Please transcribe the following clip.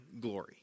glory